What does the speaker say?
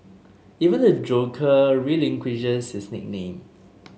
even the Joker relinquishes his nickname